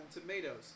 Tomatoes